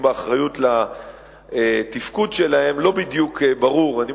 באחריות לתפקוד שלהן לא בדיוק ברורים,